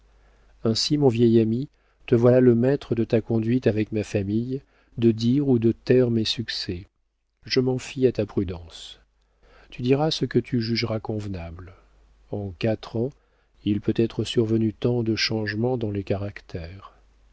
ainsi mon vieil ami te voilà le maître de ta conduite avec ma famille de dire ou de taire mes succès je m'en fie à ta prudence tu diras ce que tu jugeras convenable en quatre ans il peut être survenu tant de changements dans les caractères